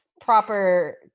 proper